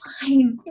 fine